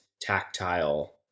tactile